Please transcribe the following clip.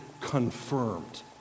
confirmed